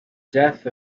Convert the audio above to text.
death